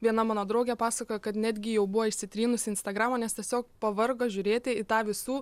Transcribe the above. viena mano draugė pasakojo kad netgi jau buvo išsitrynusi instagramą nes tiesiog pavargo žiūrėti į tą visų